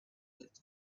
but